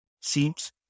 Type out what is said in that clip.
seems